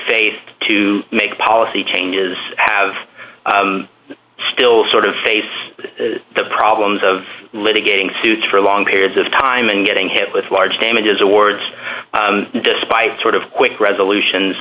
faith to make policy changes have still sort of face the problems of litigating suits for long periods of time and getting hit with large damages awards despite sort of quick resolutions